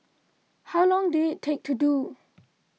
how long did it take to do